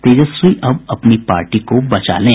तेजस्वी अब अपनी पार्टी को बचा लें